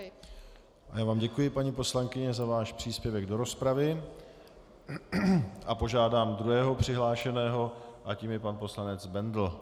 Já vám děkuji, paní poslankyně, za váš příspěvek do rozpravy a požádám druhého přihlášeného a tím je pan poslanec Bendl.